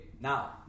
now